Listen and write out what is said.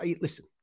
Listen